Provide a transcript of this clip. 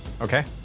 Okay